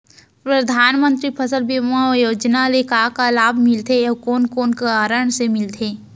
परधानमंतरी फसल बीमा योजना ले का का लाभ मिलथे अऊ कोन कोन कारण से मिलथे?